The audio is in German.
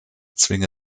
zwinge